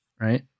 right